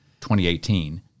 2018